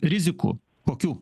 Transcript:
rizikų kokių